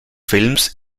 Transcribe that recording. films